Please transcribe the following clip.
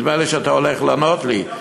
נדמה לי שאתה הולך לענות לי,